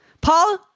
Paul